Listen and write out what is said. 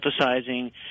emphasizing –